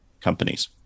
companies